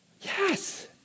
Yes